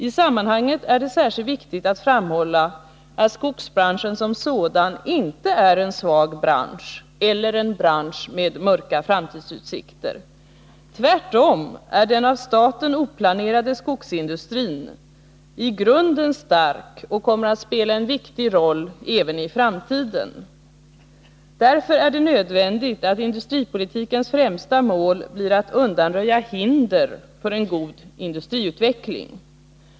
I sammanhanget är det särskilt viktigt att framhålla att skogsbranschen som sådan inte är en svag bransch eller en bransch med mörka framtidsutsikter. Tvärtom är den av staten ej planerade skogsindustrin i grunden stark, och den kommer att spela en viktig roll även i framtiden. Därför är det nödvändigt att industripolitikens främsta mål blir att undanröja hinder för en god industriutveckling.